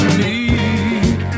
need